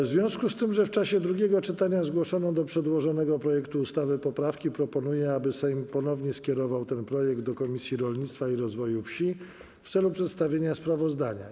W związku z tym, że w czasie drugiego czytania zgłoszono do przedłożonego projektu ustawy poprawki, proponuję, aby Sejm ponownie skierował ten projekt do Komisji Rolnictwa i Rozwoju Wsi w celu przedstawienia sprawozdania.